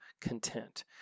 content